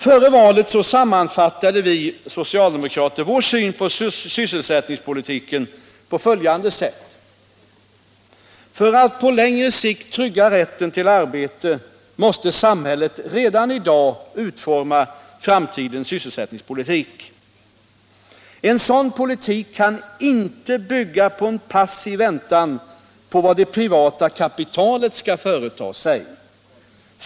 Före valet sammanfattade vi socialdemokrater vår syn på sysselsättningspolitiken på följande sätt: ”För att på längre sikt trygga rätten till arbete måste samhället redan i dag utforma framtidens sysselsättningspolitik. En sådan politik kan inte bygga på en passiv väntan på vad det privata kapitalet skall företa sig.